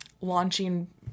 launching